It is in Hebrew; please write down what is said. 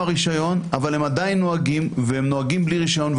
הרישיון אבל הם עדיין נוהגים והם נוהגים בלי רישיון,